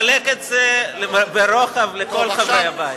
אתה מחלק את זה ברוחב לכל חברי הבית.